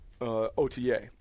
OTA